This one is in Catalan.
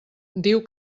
diu